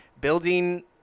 building